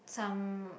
some